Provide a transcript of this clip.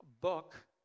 book